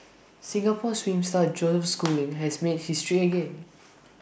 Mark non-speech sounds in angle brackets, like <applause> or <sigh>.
<noise> Singapore swim star Joseph schooling has made history again <noise>